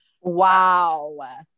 Wow